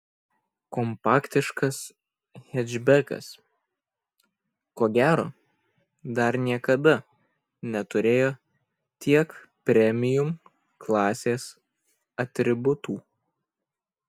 kompaktiškas hečbekas ko gero dar niekada neturėjo tiek premium klasės atributų